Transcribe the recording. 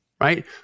Right